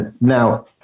Now